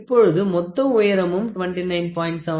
இப்பொழுது மொத்த உயரமும் 29